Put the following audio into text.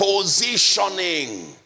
Positioning